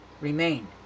remain